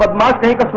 but mistake. but